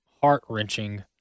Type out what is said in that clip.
heart-wrenching